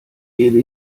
gebe